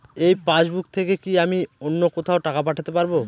এই পাসবুক থেকে কি আমি অন্য কোথাও টাকা পাঠাতে পারব?